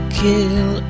kill